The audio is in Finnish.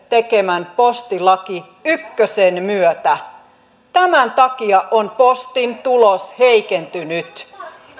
tekemän postilaki ykkösen myötä tämän takia on postin tulos heikentynyt